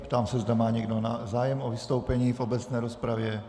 Ptám se, zda má někdo zájem o vystoupení v obecné rozpravě.